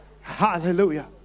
hallelujah